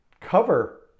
cover